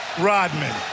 rodman